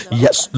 yes